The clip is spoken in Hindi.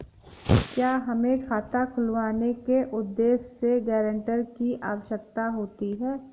क्या हमें खाता खुलवाने के उद्देश्य से गैरेंटर की आवश्यकता होती है?